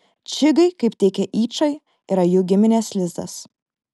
čigai kaip teigia yčai yra jų giminės lizdas